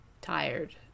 tired